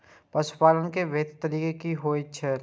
पशुपालन के बेहतर तरीका की होय छल?